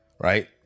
Right